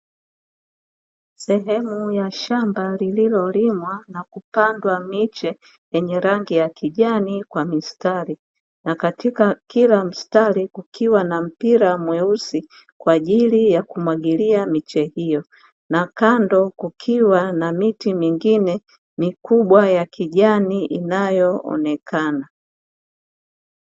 Sehemu ya shamba lililolimwa na kupandwa miche yenye rangi ya kijani kwa mistari, na katika kila mstari kukiwa na mpira mweusi kwa ajili ya kumwagilia miche hiyo, na kando kukiwa na miti mingine mikubwa ya kijani inayoonekana.